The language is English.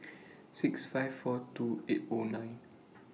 six five four two eight O nine